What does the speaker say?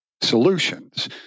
solutions